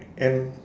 and